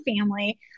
family